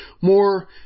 More